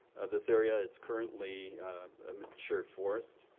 this area is currently a mature forest